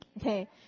Okay